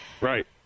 Right